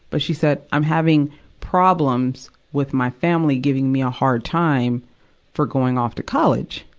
but she said, i'm having problems with my family giving me a hard time for going off to college.